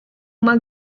uma